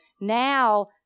now